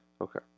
Okay